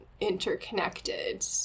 interconnected